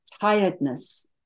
tiredness